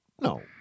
No